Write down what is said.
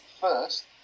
first